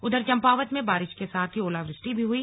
उधर चंपावत में बारिश के साथ ही ओलावृष्टि भी हुई